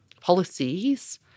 policies